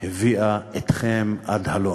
הביאה אתכם עד הלום.